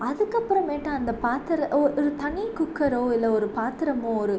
அதுக்கப்புறமேட்டு அந்த பாத்திரம் ஒ ஒரு தனி குக்கரோ இல்லை ஒரு பாத்திரமோ ஒரு